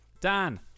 Dan